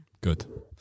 Good